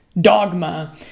dogma